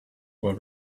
were